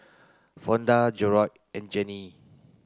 Fonda Gerold and Jeane